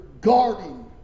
guarding